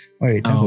Wait